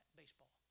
baseball